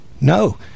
No